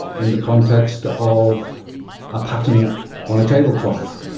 in the context of a pattern on a tablecloth.